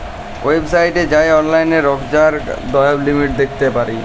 ওয়েবসাইটে যাঁয়ে অললাইল রজকার ব্যয়ের লিমিট দ্যাখতে পারি